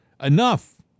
Enough